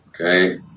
Okay